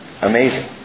Amazing